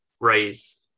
raise